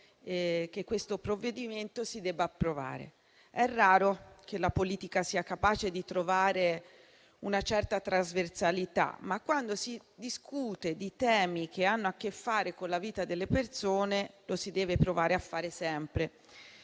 che questo provvedimento si debba approvare. È raro che la politica sia capace di trovare una certa trasversalità, ma quando si discute di temi che hanno a che fare con la vita delle persone, lo si deve provare a fare sempre